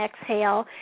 exhale